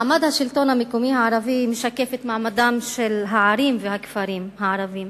מעמד השלטון המקומי הערבי משקף את מעמדם של הערים והכפרים הערביים.